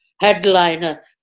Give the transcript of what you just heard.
headliner